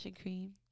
cream